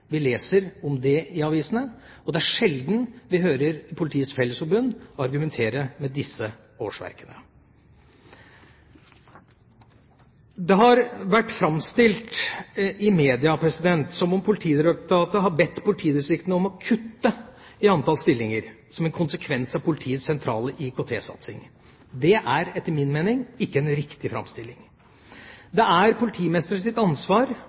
vi leser om det i avisene, og det er sjelden vi hører Politiets Fellesforbund argumentere med disse årsverkene. Det har vært framstilt i media som om Politidirektoratet har bedt politidistriktene om å kutte i antall stillinger som en konsekvens av politiets sentrale IKT-satsing. Det er etter min mening ikke en riktig framstilling. Det er politimesterens ansvar